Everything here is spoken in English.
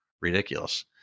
ridiculous